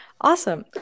Awesome